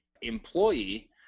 employee